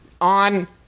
on